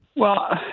well,